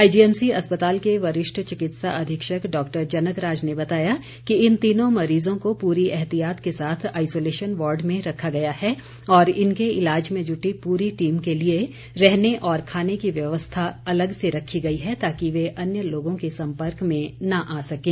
IGMC अस्पताल के वरिष्ठ चिकित्सा अधीक्षक डॉक्टर जनकराज ने बताया कि इन तीनों मरीजों को पूरी एहतियात के साथ आइसोलेशन वॉर्ड में रखा गया है और इनके इलाज में जुटी पूरी टीम के लिए रहने और खाने की व्यवस्था अलग से रखी गई है ताकि वे अन्य लोगों के संपर्क में न आ सकें